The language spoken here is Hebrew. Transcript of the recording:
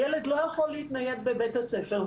הילד לא יכול להתנייד בבית הספר,